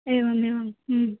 एवमेवम्